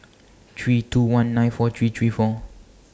three two one nine four three three four